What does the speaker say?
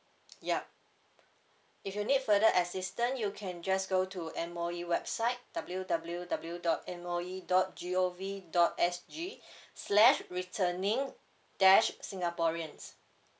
yup if you need further assistant you can just go to M_O_E website W_W_W dot M_O_E dot G_O_V dot S_G slash returning dash singaporeans